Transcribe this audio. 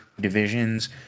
divisions